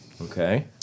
Okay